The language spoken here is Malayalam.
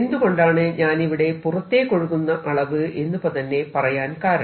എന്തുകൊണ്ടാണ് ഞാനിവിടെ പുറത്തേക്കൊഴുകുന്ന അളവ് എന്ന് തന്നെ പറയാൻ കാരണം